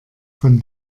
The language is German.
von